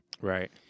Right